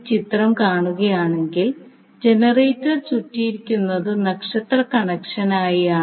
ഈ ചിത്രം കാണുകയാണെങ്കിൽ ജനറേറ്റർ ചുററിയിരിക്കുന്നത് നക്ഷത്ര കണക്ഷനായിയാണ്